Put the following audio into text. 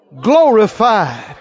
glorified